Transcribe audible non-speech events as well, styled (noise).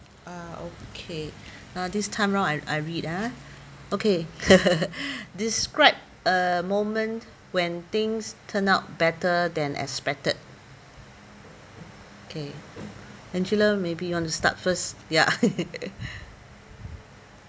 ah okay (breath) now this time round I I read ah okay (laughs) describe a moment when things turn out better than expected okay angela maybe you want to start first ya (laughs)